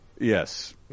yes